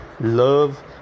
love